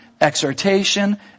exhortation